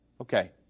Okay